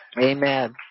Amen